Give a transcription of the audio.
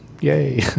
Yay